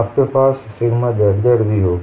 आपके पास sigma z z भी होगी